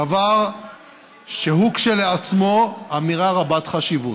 דבר שהוא לעצמו אמירה רבת חשיבות.